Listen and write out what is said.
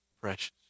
precious